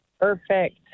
Perfect